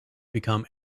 become